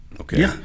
Okay